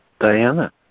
Diana